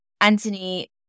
Anthony